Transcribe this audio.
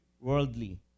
worldly